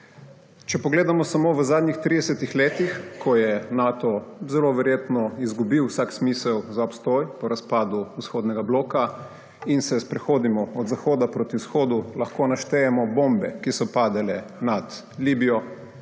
Če pogledamo samo v zadnjih 30 letih, ko je Nato zelo verjetno izgubil vsak smisel za obstoj, po razpadu vzhodnega bloka in se sprehodimo od zahoda proti vzhodu, lahko naštejemo bombe, ki so padale nad Libijo,